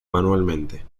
manualmente